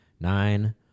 nine